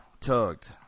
tugged